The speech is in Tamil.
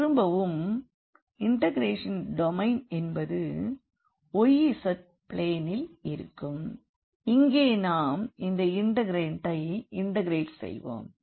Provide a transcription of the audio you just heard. திரும்பவும் இண்டெக்ரேஷனின் டொமைன் என்பது xz பிளேனில் இருக்கும் இங்கே நாம் அந்த இண்டெக்ரண்ட்டை இண்டெக்ரெட் செய்வோம்